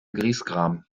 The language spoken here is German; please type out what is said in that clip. griesgram